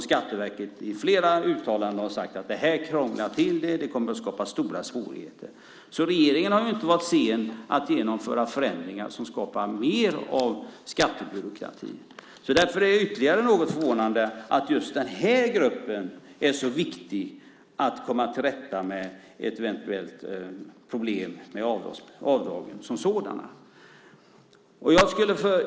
Skatteverket har i flera uttalanden sagt att det här krånglar till det. Det kommer att skapa stora svårigheter. Regeringen har alltså inte varit sen att genomföra förändringar som skapar mer av skattebyråkrati. Därför är det ytterligare något förvånande att det är så viktigt att komma till rätta med ett eventuellt problem med avdragen som sådana för just den här gruppen.